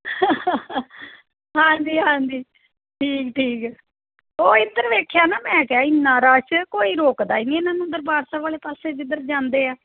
ਹਾਂਜੀ ਹਾਂਜੀ ਠੀਕ ਠੀਕ ਉਹ ਇੱਧਰ ਵੇਖਿਆ ਨਾ ਮੈਂ ਕਿਹਾ ਇੰਨਾਂ ਰੱਸ਼ ਕੋਈ ਰੋਕਦਾ ਹੀ ਨਹੀਂ ਇਹਨਾਂ ਨੂੰ ਦਰਬਾਰ ਸਾਹਿਬ ਵਾਲੇ ਪਾਸੇ ਜਿੱਧਰ ਜਾਂਦੇ ਆ